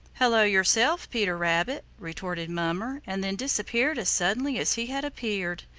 hello yourself, peter rabbit! retorted mummer and then disappeared as suddenly as he had appeared.